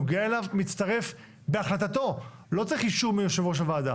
הם אלה שנותנים את ההיתר ומטפלים, מלווים את העסק.